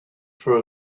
for